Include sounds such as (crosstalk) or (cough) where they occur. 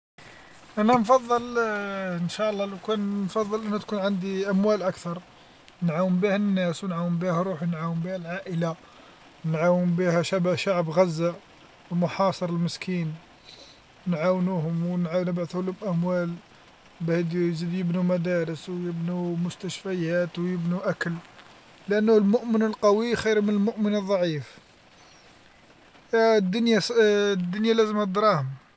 انا نفظل (hesitation) ان شاء الله لو كان نفضل انها تكون عندي اموال اكثر، نعاون بها الناس ونعاون بها روحي نعاون بها العائلة، نعاون بها شب- شعب غزة المحاصر المسكين، نعاونوهم ونبعثولهم أموال باه يزيدو يبنوا مدارس ويبنوا مستشفيات ويبنو أكل لأنه المؤمن القوي خير من المؤمن الضعيف، فالد- الدنيا لازمها الدراهم.